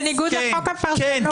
כן.